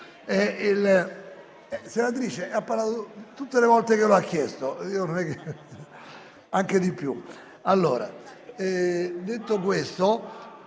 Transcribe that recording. Malpezzi, ha parlato tutte le volte che lo ha chiesto e anche di più.